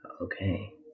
okay